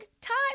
time